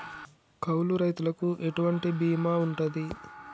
కౌలు రైతులకు ఎటువంటి బీమా ఉంటది?